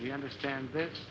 you understand this